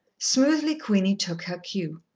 smoothly queenie took her cue.